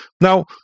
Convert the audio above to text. Now